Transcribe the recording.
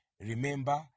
Remember